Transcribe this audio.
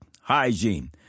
hygiene